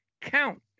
count